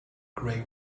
gray